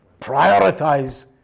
prioritize